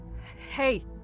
Hey